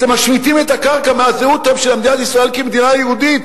אתם שומטים את הקרקע מהזהות של מדינת ישראל כמדינה יהודית,